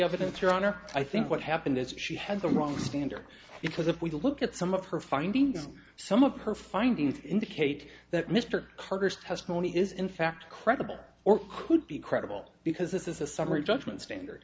evidence your honor i think what happened is she had the wrong standard because if we look at some of her findings some of her findings indicate that mr carter's testimony is in fact credible or could be credible because this is a summary judgment standard